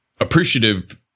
appreciative